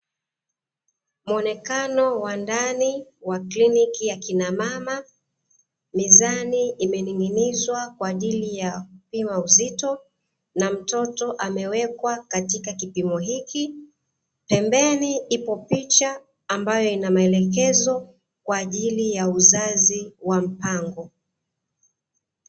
Muonekano wa ndani wa kliniki ya kina mama, mizani imening'inizwa kwa ajili ya kupima uzito na mtoto amewekwa katika kipimo hiki. Pembeni ipo picha ambayo ina maelekezo kwa ajili ya uzazi wa mpango.